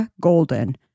Golden